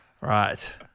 Right